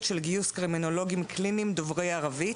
של גיוס קרימינולוגים קליניים ושיקומיים דוברי ערבית.